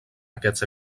aquests